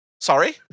Sorry